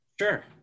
Sure